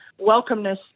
welcomeness